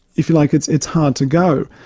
if you like, it's it's hard to go.